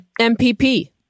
MPP